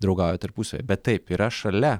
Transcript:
draugauja tarpusavyje bet taip yra šalia